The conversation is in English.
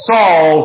Saul